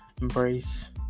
embrace